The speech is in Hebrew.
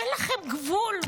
אין לכם גבול?